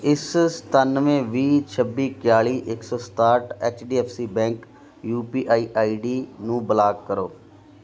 ਇਸ ਸਤਾਨਵੇਂ ਵੀਹ ਛੱਬੀ ਇਕਆਲੀ ਇੱਕ ਸੌੌੌ ਸਤਾਹਠ H D F C bank U P I ID ਨੂੰ ਬਲਾਕ ਕਰੋ